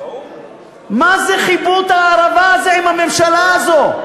מה זה חיבוט הערבה הזה עם הממשלה הזאת?